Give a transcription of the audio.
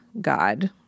God